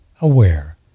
aware